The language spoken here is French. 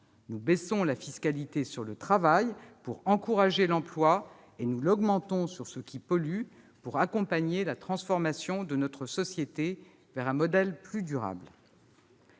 Nous baissons également la fiscalité sur le travail, afin d'encourager l'emploi, et nous l'augmentons sur ce qui pollue, pour accompagner la transformation de notre société vers un modèle plus durable.